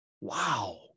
Wow